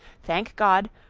thank god!